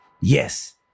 Yes